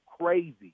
crazy